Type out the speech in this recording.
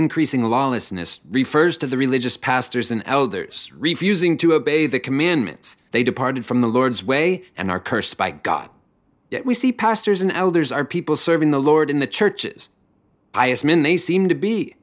increasing lawlessness refers to the religious pastors and elders refusing to obey the commandments they departed from the lord's way and are cursed by god we see pastors and elders are people serving the lord in the churches bias men they seem to be